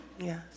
Yes